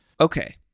Okay